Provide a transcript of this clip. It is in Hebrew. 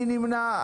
מי נמנע?